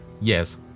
yes